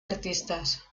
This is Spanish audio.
artistas